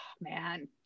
man